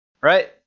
right